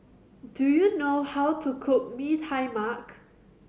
do you know how to cook Mee Tai Mak